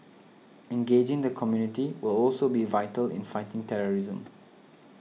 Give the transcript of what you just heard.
engaging the community will also be vital in fighting terrorism